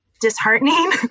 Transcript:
disheartening